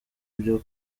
byo